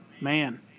Man